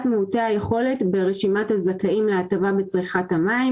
מיעוטי היכולת ברשימת הזכאים להטבה בצריכת המים.